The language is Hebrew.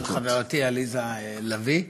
של חברתי עליזה לביא,